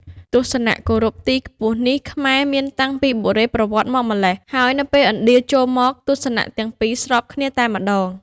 ទស្សនៈគោរពទីខ្ពស់នេះខ្មែរមានតាំងពីបុរេប្រវត្តិមកម្ល៉េះ ហើយនៅពេលឥណ្ឌាចូលមក ទស្សនៈទាំងពីរស្របគ្នាតែម្តង។